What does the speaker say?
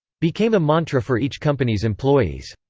became a mantra for each company's employees.